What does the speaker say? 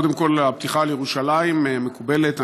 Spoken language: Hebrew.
קודם כול הפתיחה על ירושלים מקובלת.